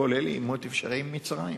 כולל עימות אפשרי עם מצרים.